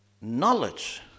knowledge